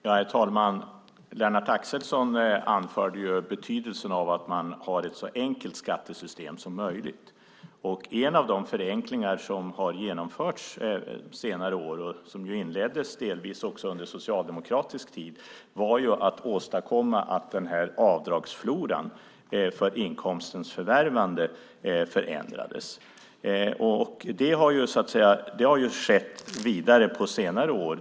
Herr talman! Lennart Axelsson anförde betydelsen av ett så enkelt skattesystem som möjligt. En av de förenklingar som på senare år genomförts, och som delvis inleddes under socialdemokratisk tid, har varit att åstadkomma en förändring av avdragsfloran för inkomstens förvärvande. Det har skett ytterligare förändringar på senare år.